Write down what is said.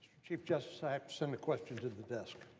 chief justice, i sent the question to the desk.